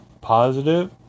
positive